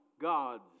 gods